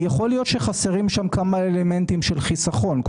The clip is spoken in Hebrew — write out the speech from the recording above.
יכול להיות שחסרים שם כמה אלמנטים של חיסכון,